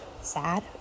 sad